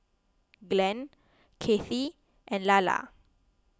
Glenn Kathey and Lalla